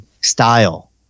style